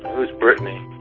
who's brittany?